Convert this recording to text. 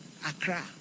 Accra